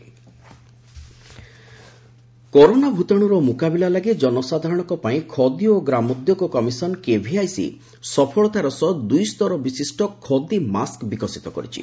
ଖଦି mask corona ଭୂତାଣୁର ମୁକାବିଲା ଲାଗି ଜନସାଧାରଣଙ୍କ ପାଇଁ ଖଦି ଏବଂ ଗ୍ରାମୋଦ୍ୟୋଗ କମିଶନ କେଭିଆଇସି ସଫଳତାର ସହ ଦୁଇସ୍ତର ବିଶିଷ୍ଟ ଖଦି ମାସ୍କ୍ ବିକଶିତ କରିଛି